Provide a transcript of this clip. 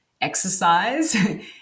exercise